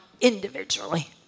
individually